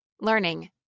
Learning